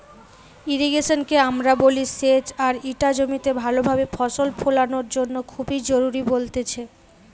irrigation কে আমরা বলি সেচ আর ইটা জমিতে ভালো ভাবে ফসল ফোলানোর জন্য খুবই জরুরি বলতেছে